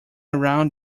around